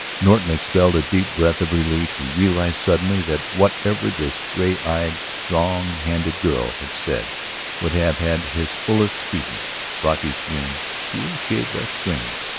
norton expelled a deep breath of relief he realized suddenly that whatever this gray-eyed, strong-handed girl had said would have had his fullest credence. brocky's grin grew a shade less strained.